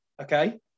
Okay